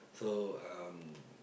so um